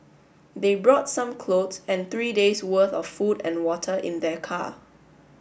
they brought some clothes and three days worth of food and water in their car